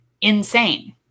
insane